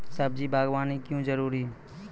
सब्जी बागवानी क्यो जरूरी?